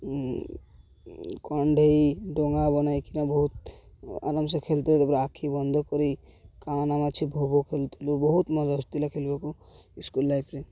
କଣ୍ଢେଇ ଡଙ୍ଗା ବନାଇକିନା ବହୁତ ଆରାମସେ ଖେଳୁଥିଲେ ତା'ପରେ ଆଖି ବନ୍ଦ କରି କା ନାମ ଅଛି ଭୋବୋ ଖେଳୁଥିଲୁ ବହୁତ ମଜା ଆସୁଥିଲା ଖେଳିବାକୁ ସ୍କୁଲ୍ ଲାଇଫ୍ରେ